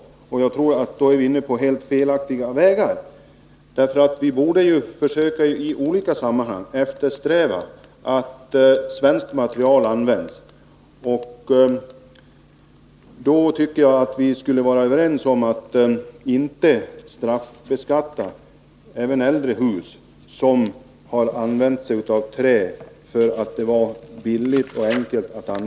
Då är vi inne på helt felaktiga vägar. Vi borde ju försöka att i olika sammanhang eftersträva att svenskt material används. Därför tycker jag att vi också skulle vara överens om att man inte skall straffbeskatta äldre hus där trä har använts på grund av att det var billigt och enkelt.